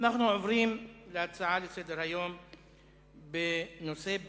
אנחנו עוברים להצעות לסדר-היום מס' 394,